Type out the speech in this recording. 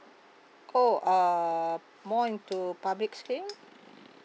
oh err more into public scheme